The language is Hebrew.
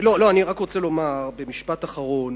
אני רק רוצה לומר, במשפט אחרון: